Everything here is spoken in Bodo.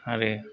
आरो